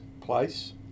place